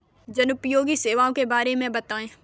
जनोपयोगी सेवाओं के बारे में बताएँ?